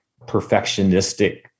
perfectionistic